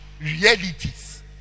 realities